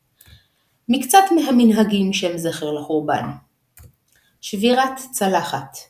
ניחום אבלים בקריאת נחמה לירושלים לא למלא פיו שחוק